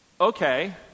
okay